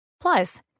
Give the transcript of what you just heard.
Plus